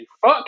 fuck